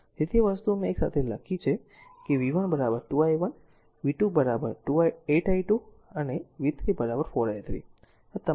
તેથી તે વસ્તુઓ મેં એક સાથે લખી છે કે v 1 2 i1 v 2 8 i2 અને v 3 4 i3